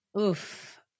oof